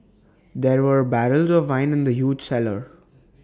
there were barrels of wine in the huge cellar